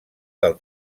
del